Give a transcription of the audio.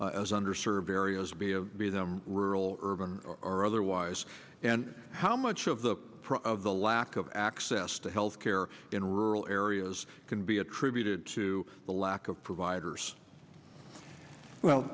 under served areas be them real urban or otherwise and how much of the of the lack of access to health care in rural areas can be attributed to the lack of providers well